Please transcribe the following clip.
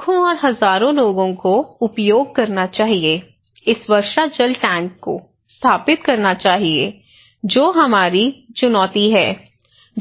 लाखों और हजारों लोगों को उपयोग करना चाहिए इस वर्षा जल टैंक को स्थापित करना चाहिए जो हमारी चुनौती है